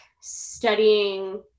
studying